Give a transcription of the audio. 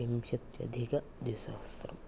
विंशत्यधिकद्विसहस्रम्